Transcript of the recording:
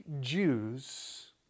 Jews